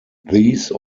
these